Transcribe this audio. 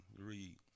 read